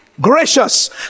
gracious